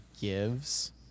gives